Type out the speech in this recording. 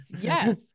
Yes